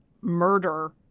murder